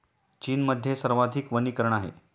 चीनमध्ये सर्वाधिक वनीकरण आहे